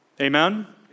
Amen